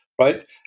right